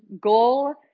goal